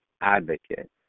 advocate